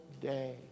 day